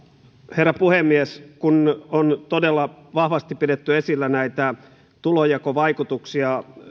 herra puhemies kun on todella vahvasti pidetty esillä tulonjakovaikutuksia